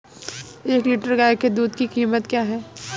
एक लीटर गाय के दूध की कीमत क्या है?